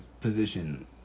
position